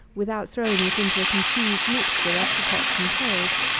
without throwing it into a confused mixture as to tops and tails.